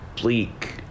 bleak